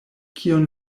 kion